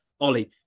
ollie